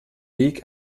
weg